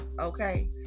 okay